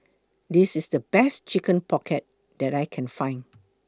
This IS The Best Chicken Pocket that I Can Find